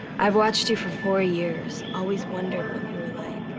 i've watched you for four years, always wondered what you were like.